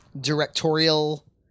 directorial